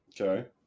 Okay